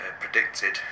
predicted